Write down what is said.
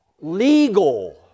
legal